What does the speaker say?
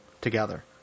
together